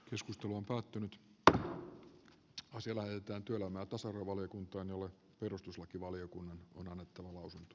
keskustelu on päättynyt vr voisi vähentää työelämän tasa arvovaliokuntaan jolle perustuslakivaliokunnan on onnettomuus